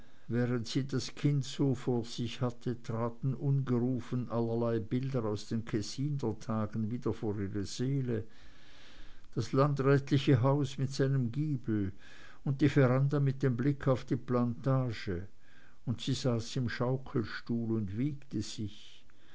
während sie das kind so vor sich hatte traten ungerufen allerlei bilder aus den kessiner tagen wieder vor ihre seele das landrätliche haus mit seinem giebel und die veranda mit dem blick auf die plantage und sie saß im schaukelstuhl und wiegte sich